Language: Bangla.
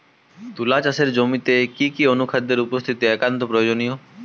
তুলা চাষের জমিতে কি কি অনুখাদ্যের উপস্থিতি একান্ত প্রয়োজনীয়?